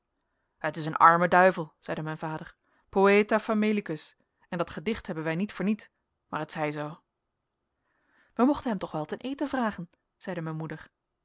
t is een arme duivel zeide mijn vader poëta famelicus en dat gedicht hebben wij niet voor niet maar het zij zoo wij mochten hem toch wel ten eten vragen zeide mijn moeder